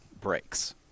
breaks